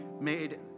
made